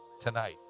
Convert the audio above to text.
tonight